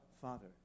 Father